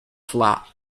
flat